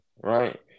right